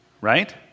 Right